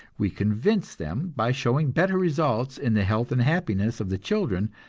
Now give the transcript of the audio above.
we convince them by showing better results in the health and happiness of the children,